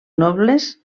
nobles